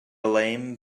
lame